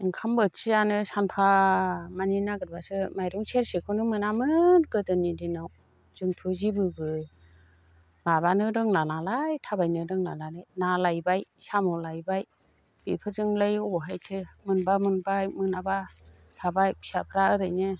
ओंखाम बोथिसेयानो सानफामानि नागिरब्लासो माइरं सेरसेखौनो मोनामोन गोदोनि दिनाव जोंथ' जेबो माबानो रोंला नालाय थाबायनो रोंला नालाय ना लायबाय साम' लायबाय बेफोरजोंलाय अबेहायथो मोनब्ला मोनबाय मोनाब्ला थाबाय फिसाफ्रा ओरैनो